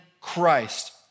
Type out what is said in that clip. Christ